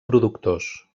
productors